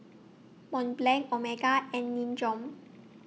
Mont Blanc Omega and Nin Jiom